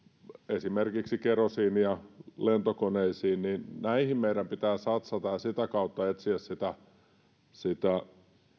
esimerkiksi kerosiinia lentokoneisiin näihin meidän pitää satsata ja sitä kautta etsiä sitä